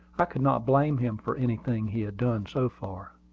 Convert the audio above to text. i could not blame him for anything he had done so far.